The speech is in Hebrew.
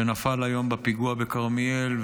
שנפל היום בפיגוע בכרמיאל,